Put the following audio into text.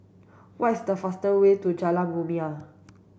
what is the fastest way to Jalan Rumia